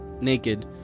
naked